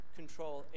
control